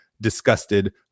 disgusted